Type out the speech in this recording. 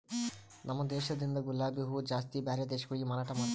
ನಮ ದೇಶದಿಂದ್ ಗುಲಾಬಿ ಹೂವ ಜಾಸ್ತಿ ಬ್ಯಾರೆ ದೇಶಗೊಳಿಗೆ ಮಾರಾಟ ಮಾಡ್ತಾರ್